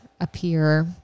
appear